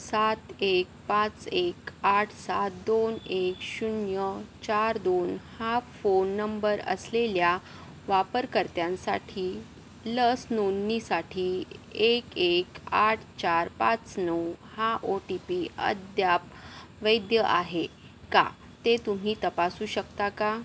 सात एक पाच एक आठ सात दोन एक शून्य चार दोन हा फोन नंबर असलेल्या वापरकर्त्यांसाठी लस नोंदणीसाठी एक एक आठ चार पाच नऊ हा ओ टी पी अद्याप वैध आहे का ते तुम्ही तपासू शकता का